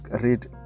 read